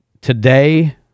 today